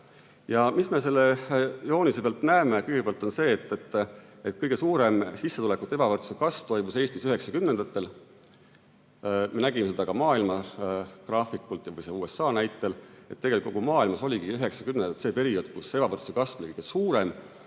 Mis me selle joonise pealt näeme? Kõigepealt seda, et kõige suurem sissetulekute ebavõrdsuse kasv toimus Eestis 1990-ndatel. Me nägime seda ka maailma graafikult ja USA näitel, et tegelikult kogu maailmas oligi 1990-ndad see periood, kus ebavõrdsuse kasv oli kõige suurem,